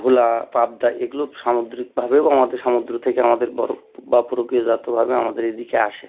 ভোলা পাবদা এগুলো সামুদ্রিকভাবে বা আমাদের সমুদ্র থেকে আমাদের বড় বা প্রকৃতিদত্তভাবে আমাদের এদিকে আসে